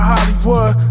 Hollywood